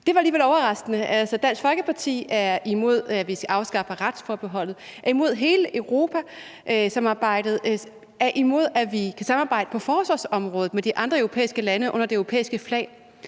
Det var alligevel overraskende. Altså, Dansk Folkeparti er imod, at vi afskaffer retsforbeholdet, og er imod hele EU-samarbejdet og er imod, at vi kan samarbejde med de andre europæiske lande på forsvarsområdet under det europæiske flag.